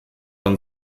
man